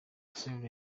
soeur